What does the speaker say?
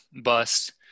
bust